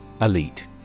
Elite